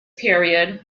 period